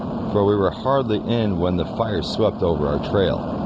where we were hardly in when the fire swept over our trail.